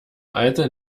alter